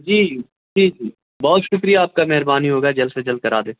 جی جی جی بہت شکریہ آپ کا مہربانی ہوگا جلد سے جلد کرا دیں